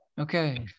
Okay